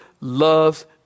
loves